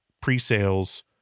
pre-sales